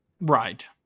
Right